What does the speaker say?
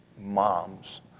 moms